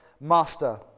master